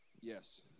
Yes